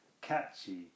catchy